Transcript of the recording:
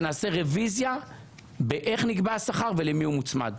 שנעשה רביזיה באיך נקבע השכר ולמי הוא מוצמד.